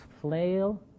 flail